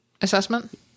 assessment